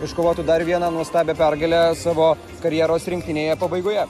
iškovotų dar vieną nuostabią pergalę savo karjeros rinktinėje pabaigoje